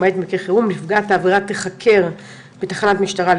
למעט מקרה חירום נפגעת העבירה תחקר בתחנת משטרה,